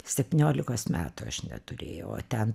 septyniolikos metų aš neturėjau o ten